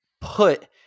put